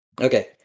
Okay